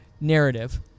narrative –